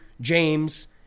James